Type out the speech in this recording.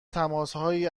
تماسهایی